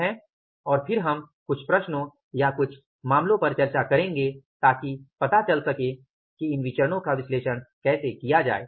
और फिर हम कुछ प्रश्नों या कुछ मामलों पर चर्चा करेंगे ताकि आपको पता चल सके कि इन विचरणो का विश्लेषण कैसे किया जाए